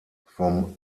vom